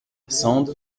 sand